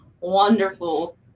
wonderful